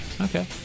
Okay